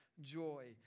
joy